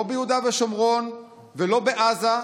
לא ביהודה ושומרון ולא בעזה,